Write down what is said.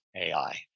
AI